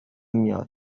میاد